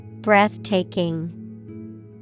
Breathtaking